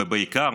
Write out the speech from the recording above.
בעיקר,